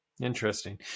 Interesting